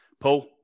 Paul